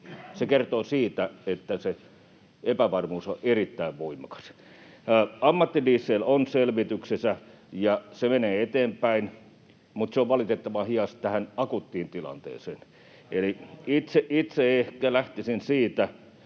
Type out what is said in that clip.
Se kertoo siitä, että se epävarmuus on erittäin voimakas. Ammattidiesel on selvityksessä, ja se menee eteenpäin, mutta se on valitettavan hidas tähän akuuttiin tilanteeseen. [Sebastian